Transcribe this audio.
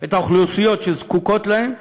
את האוכלוסיות שזקוקות להם,